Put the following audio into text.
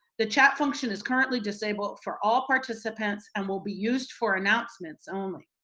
the chat function is currently disabled for all participants, and we'll be used for announcements only.